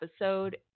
episode